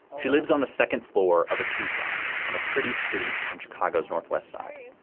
she lives on the second floor of a two flat on a pretty street on chicago's northwest side.